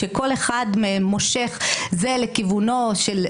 שכל אחד מהם מושך זה לכיוונו של זה,